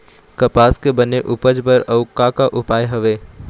कपास के बने उपज बर अउ का का उपाय हवे?